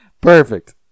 Perfect